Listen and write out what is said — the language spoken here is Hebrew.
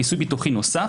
כיסוי ביטוחי נוסף,